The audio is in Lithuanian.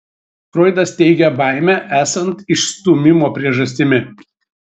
froidas teigia baimę esant išstūmimo priežastimi